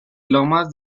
lomas